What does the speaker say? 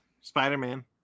Spider-Man